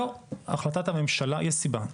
לא, יש סיבה.